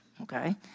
Okay